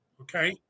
okay